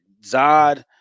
Zod